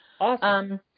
Awesome